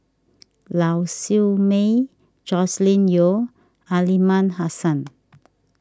Lau Siew Mei Joscelin Yeo and Aliman Hassan